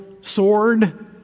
sword